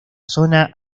zona